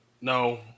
No